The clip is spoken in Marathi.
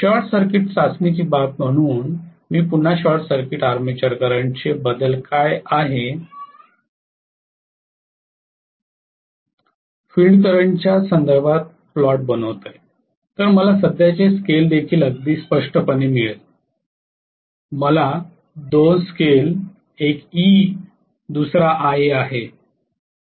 शॉर्ट सर्किट चाचणीची बाब म्हणून मी पुन्हा शॉर्ट सर्किट आर्मेचर करंटचे बदल काय आहे फिल्ड करंटच्या संदर्भात प्लॉट बनवतोयं तर मला सध्याचे स्केल देखील अगदी स्पष्टपणे मिळेल मला दोन स्केल एक E दुसरा Ia आहे